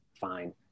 fine